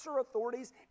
authorities